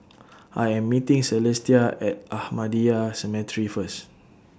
I Am meeting Celestia At Ahmadiyya Cemetery First